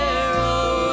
arrow